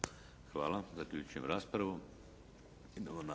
Hvala. Zaključujem raspravu.